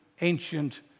ancient